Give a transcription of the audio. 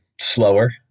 slower